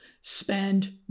spend